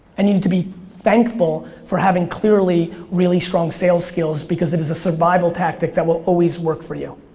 and you have to be thankful, for having, clearly, really strong sales skills. because it is a survival tactic that will always work for you.